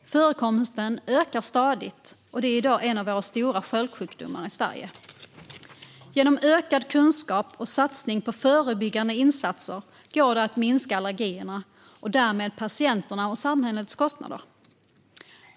Förekomsten ökar stadigt, och det är i dag en av våra stora folksjukdomar i Sverige. Genom ökad kunskap och satsning på förebyggande insatser går det att minska allergierna och därmed patienternas och samhällets kostnader.